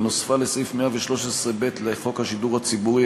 ונוספה לסעיף 113(ב) לחוק השידור הציבורי,